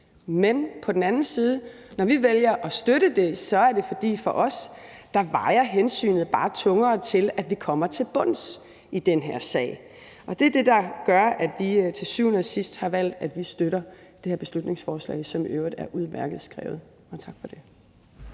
vi på den anden side vælger at støtte det, er det, fordi hensynet til, at vi kommer til bunds i den her sag, for os bare vejer tungere. Det er det, der gør, at vi til syvende og sidst har valgt, at vi støtter det her beslutningsforslag, som i øvrigt er udmærket skrevet. Og tak for det.